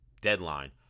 deadline